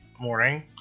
morning